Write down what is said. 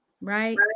right